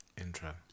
Intro